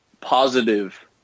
positive